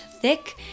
thick